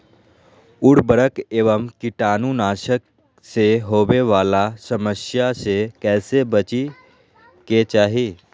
उर्वरक एवं कीटाणु नाशक से होवे वाला समस्या से कैसै बची के चाहि?